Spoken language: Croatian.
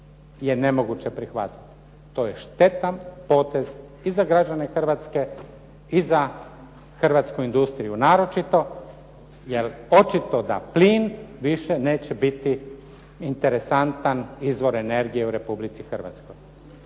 je nemoguće prihvatiti. To je štetan potez i za građane Hrvatske i za Hrvatsku industriju, naročito jer očito da plin više neće biti interesantan izvor energije u Republici Hrvatskoj.